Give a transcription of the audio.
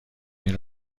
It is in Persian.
این